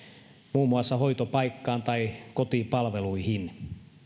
muun muassa hoitopaikkaan tai kotipalveluihin